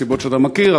מסיבות שאתה מכיר,